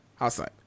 outside